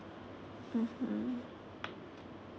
mmhmm